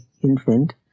infant